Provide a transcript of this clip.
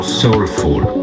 soulful